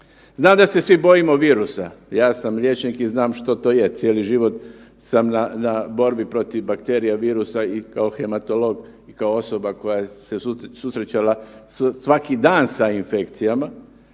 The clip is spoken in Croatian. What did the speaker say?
Znam da se svi bojimo virusa, ja sam liječnik i znam što to je, cijeli život sam na, na borbi protiv bakterija virusa i kao hematolog, kao osoba koja se susrećala svaki dan sa infekcijama,